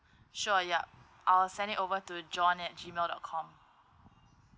sure yup I'll send it over to john at G mail dot com